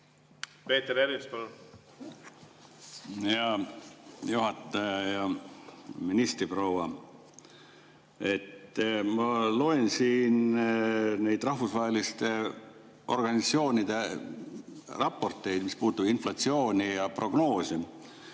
Peeter Ernits, palun! Hea juhataja! Hea ministriproua! Ma loen siin neid rahvusvaheliste organisatsioonide raporteid, mis puudutavad inflatsiooni ja prognoose.